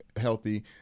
healthy